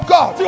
God